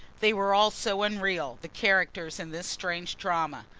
they were all so unreal, the characters in this strange drama.